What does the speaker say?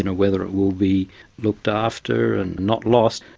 and whether it will be looked after and not lost,